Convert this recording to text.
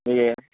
ఈ ఏ